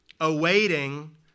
awaiting